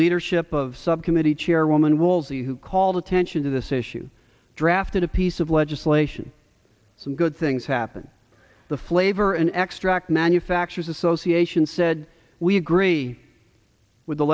leadership of subcommittee chairwoman woolsey who called attention to this issue drafted a piece of legislation some good things happen the flavor an extract manufacturers association said we agree with the